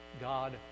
God